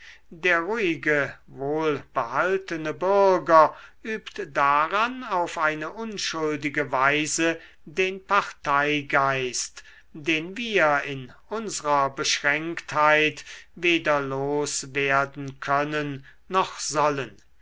der ruhige wohlbehaltene bürger übt daran auf eine unschuldige weise den parteigeist den wir in unsrer beschränktheit weder los werden können noch sollen